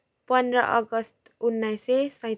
पन्ध्र अगस्त उन्नाइस सय सैतालिस बिस अगस्त उन्नाइस सय बयानब्बे